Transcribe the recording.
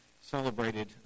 celebrated